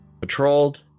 patrolled